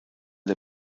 der